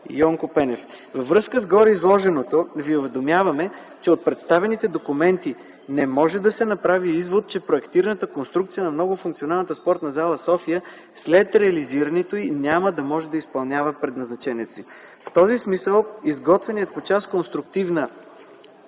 Във връзка с гореизложеното ви уведомяваме, че от представените документи не може да се направи извод, че проектираната конструкция на Многофункционалната спортна зала - София, след реализирането й няма да може да изпълнява предназначението си. В този смисъл изготвеният по част „Конструктивна”